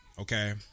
okay